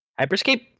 Hyperscape